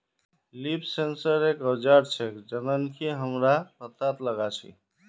leaf sensor एक औजार छेक जननकी हमरा पत्ततात लगा छी